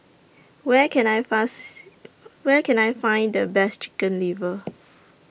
Where Can I fast Where Can I Find The Best Chicken Liver